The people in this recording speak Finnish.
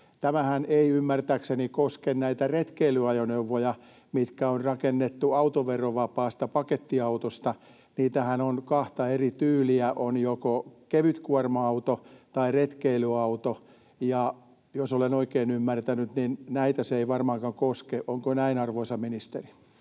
tämähän ei ymmärtääkseni koske näitä retkeilyajoneuvoja, mitkä on rakennettu autoverovapaasta pakettiautosta. Niitähän on kahta eri tyyliä. On joko kevytkuorma-auto tai retkeilyauto. Ja jos olen oikein ymmärtänyt, niin näitä se ei varmaankaan koske. Onko näin, arvoisa ministeri?